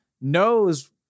knows